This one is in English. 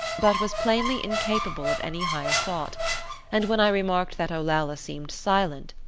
but was plainly incapable of any higher thought and when i remarked that olalla seemed silent,